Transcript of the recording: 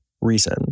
reason